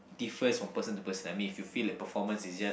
differs from person to person I mean you feel the performance is just